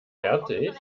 fertig